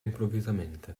improvvisamente